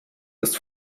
ist